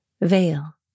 veil